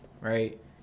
right